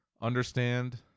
understand